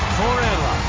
forever